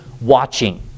watching